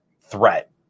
threat